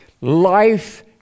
life